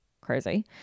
Crazy